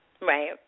Right